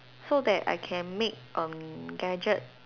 so that I can make um gadget